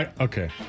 Okay